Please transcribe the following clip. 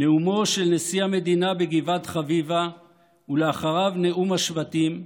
נאומו של נשיא המדינה בגבעת חביבה ואחריו נאום השבטים,